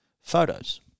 photos